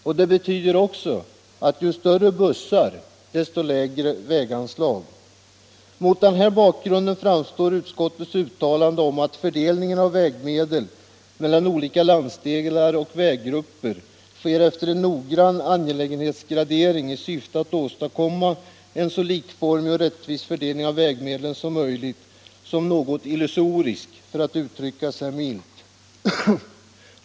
Och det betyder också att ju större bussar som används, desto lägre blir väganslagen. Mot denna bakgrund framstår utskottets uttalande, att fördelningen av vägmedel mellan olika landsdelar och väggrupper sker efter en noggrann angelägenhetsgradering i syfte att åstadkomma en så likformig och rättvis fördelning av vägmedlen som möjligt, såsom något illusoriskt, för att uttrycka sig milt.